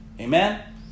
Amen